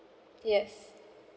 yes